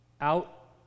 out